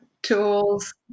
tools